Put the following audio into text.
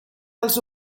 als